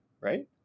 Right